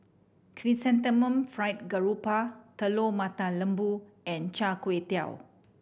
Chrysanthemum Fried Garoupa Telur Mata Lembu and Char Kway Teow